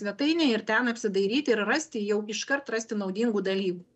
svetainę ir ten apsidairyti ir rasti jau iškart rasti naudingų daly